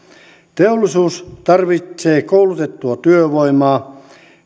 teollisuus tarvitsee koulutettua työvoimaa